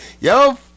yo